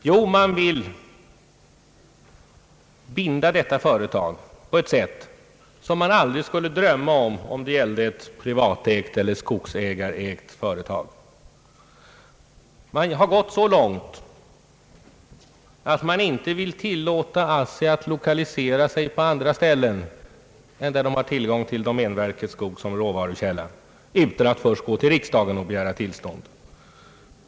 Jo, man vill binda detta företag på ett sätt som mar aldrig skulle drömma om i fråga om ett privatägt eller skogsägarägt företag. Man har gått så långt att man inte vill tillåta ASSI att lokalisera sig på andra ställen än där de har tillgång till domänverkets skogsområden som råvaru"- källa, utan att först gå till riksdagen och begära tillstånd.